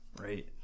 right